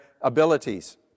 abilities